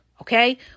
Okay